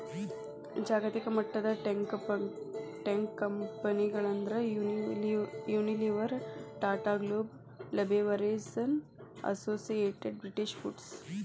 ಜಾಗತಿಕಮಟ್ಟದ ಟೇಕಂಪೆನಿಗಳಂದ್ರ Unilever, Tata Global Beverages, Associated British foods